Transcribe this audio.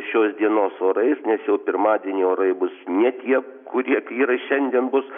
šios dienos orais nes jau pirmadienį orai bus ne tie kurie kai yra šiandien bus